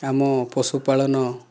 ଆମ ପଶୁପାଳନ